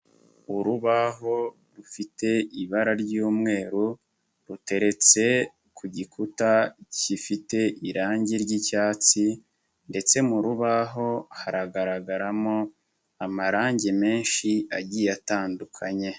Urubaho rufite ibara ry'umweru, ruteretse ku gikuta gifite irangi ry'icyatsi ndetse mu rubaho haragaragaramo amarangi menshi agiye atandukanye.